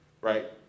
right